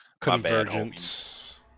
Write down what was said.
Convergence